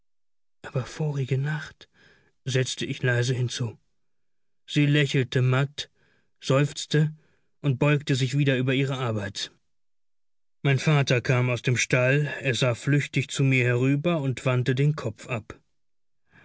aber vorige nacht setzte ich leise hinzu sie lächelte matt seufzte und beuge sich wieder über ihre arbeit mein vater kam aus dem stall er sah flüchtig zu mir herüber und wandte den kopf ab